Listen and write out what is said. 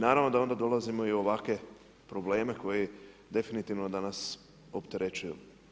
Naravno da onda dolazimo i u ovakve probleme koje definitivno da nas opterećuju.